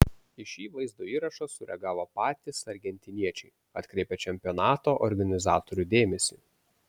į šį vaizdo įrašą sureagavo patys argentiniečiai atkreipę čempionato organizatorių dėmesį